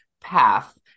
path